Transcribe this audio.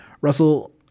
Russell